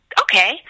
okay